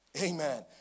Amen